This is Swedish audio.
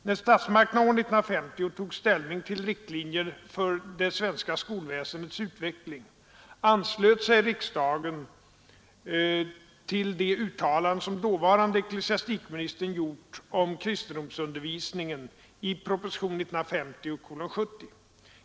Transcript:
När statsmakterna år 1950 tog ställning till riktlinjer för det svenska skolväsendets utveckling, anslöt sig riksdagen till de uttalanden som dåvarande ecklesiastikministern gjort om kristendomsundervisningen i propositionen 70 år 1950.